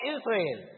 Israel